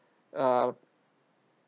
uh